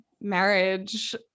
marriage